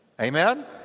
amen